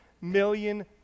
million